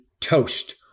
toast